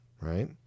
Right